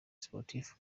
sportif